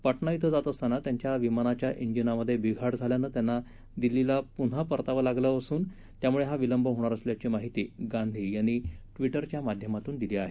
पटणा धिं जात असताना त्यांच्या विमानाच्या धिंजनमधे बिघाड झाल्यानं त्यांना दिल्लीला पुन्हा परत जावं लागलं असून त्यामुळे हा विलंब होणार असल्याची माहिती गांधी यांनी ट्विटरच्या माध्यमातून दिली आहे